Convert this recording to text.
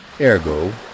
ergo